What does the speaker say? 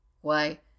Why